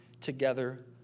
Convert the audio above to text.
together